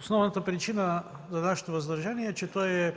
Основната причина за нашето въздържание е, че